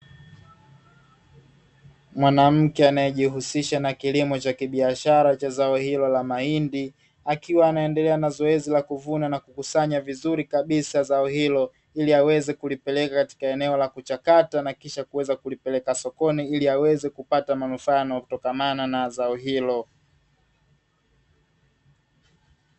Mwanamke anayejihusisha na kilimo cha kibiashara cha zao hilo la mahindi, akiwa anaendelea za zoezi la kuvuna na kukusanya vizuri kabisa zao hilo. Ili aweze kulipeleka katika eneo la kuchakata na kisha kuweza kulipeleka sokoni, ili aweze kupata manufaa yanayotokamana na zao hilo.